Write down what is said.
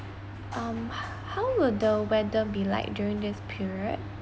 um how will the weather be like during this period